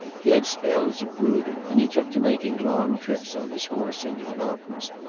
he had spells of brooding, and he took to making long trips on his horse into the mountains,